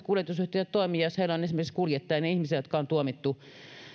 kuljetusyhtiöt toimia jos heillä on esimerkiksi kuljettajina ihmisiä jotka on tuomittu